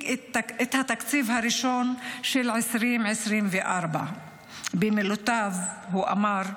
את התקציב הראשון של 2024. במילותיו הוא אמר: